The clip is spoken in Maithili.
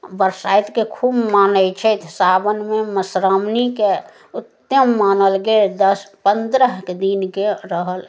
बरसाइतके खूब मानय छथि सावनमे मधुश्रावनीके उत्यम मानल गेल दस पन्द्रह दिनके रहल